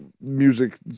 Music